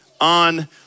on